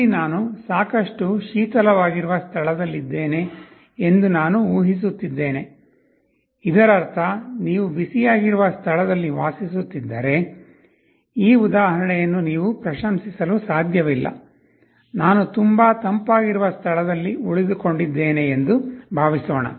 ಇಲ್ಲಿ ನಾನು ಸಾಕಷ್ಟು ಶೀತಲವಾಗಿರುವ ಸ್ಥಳದಲ್ಲಿದ್ದೇನೆ ಎಂದು ನಾನು ಊಹಿಸುತ್ತಿದ್ದೇನೆ ಇದರರ್ಥ ನೀವು ಬಿಸಿಯಾಗಿರುವ ಸ್ಥಳದಲ್ಲಿ ವಾಸಿಸುತ್ತಿದ್ದರೆ ಈ ಉದಾಹರಣೆಯನ್ನು ನೀವು ಪ್ರಶಂಸಿಸಲು ಸಾಧ್ಯವಿಲ್ಲ ನಾನು ತುಂಬಾ ತಂಪಾಗಿರುವ ಸ್ಥಳದಲ್ಲಿ ಉಳಿದುಕೊಂಡಿದ್ದೇನೆ ಎಂದು ಭಾವಿಸೋಣ